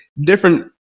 different